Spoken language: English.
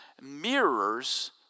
mirrors